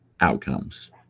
outcomes